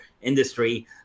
industry